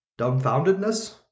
Dumbfoundedness